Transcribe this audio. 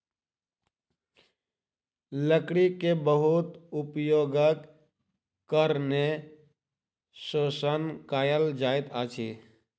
लकड़ी के बहुत उपयोगक कारणें शोषण कयल जाइत अछि